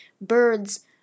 birds